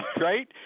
right